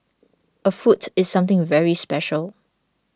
a foot is something very special